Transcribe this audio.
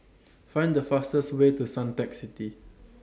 Find The fastest Way to Suntec City